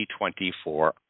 2024